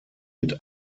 mit